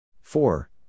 four